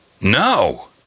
No